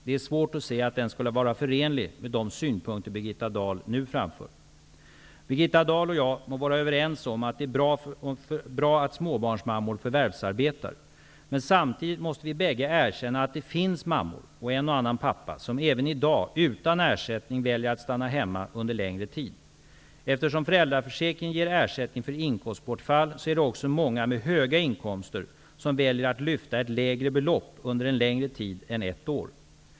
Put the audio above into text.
Det är svårt att se att den skulle vara förenlig med de synpunkter Birgitta Dahl nu framför. Birgitta Dahl och jag må vara överens om att det är bra att småbarnsmammor förvärvsarbetar. Men samtidigt måste vi bägge erkänna att det finns mammor -- och en och annan pappa -- som även i dag, utan ersättning, väljer att stanna hemma under längre tid. Eftersom föräldraförsäkringen ger ersättning för inkomstbortfall, är det också många med höga inkomster som väljer att lyfta ett lägre belopp under en längre tid än ett år.